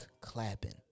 clapping